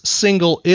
single